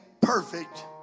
perfect